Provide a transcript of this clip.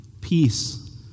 Peace